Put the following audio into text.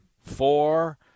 four